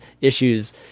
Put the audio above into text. issues